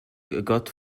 god